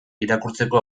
irakurtzeko